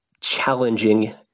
challenging